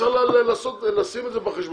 צריך לשים את זה בחשבון.